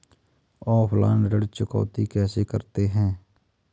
Offline ऋण चुकौती कैसे करते हैं?